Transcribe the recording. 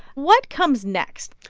what comes next?